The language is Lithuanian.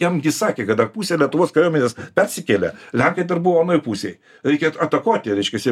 jam gi sakė kad dar pusė lietuvos kariuomenės persikėlė lenkai dar buvo anoj pusėj reikėt atakuoti reiškiasi